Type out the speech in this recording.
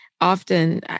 often